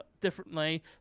differently